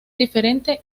diferente